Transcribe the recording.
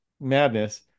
madness